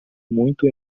muito